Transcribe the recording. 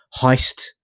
heist